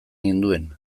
ninduen